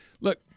look